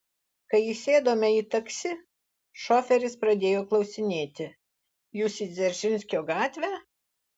kai įsėdome į taksi šoferis pradėjo klausinėti jūs į dzeržinskio gatvę